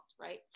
right